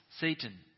Satan